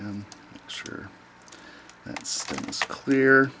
i'm sure it's clear